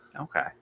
okay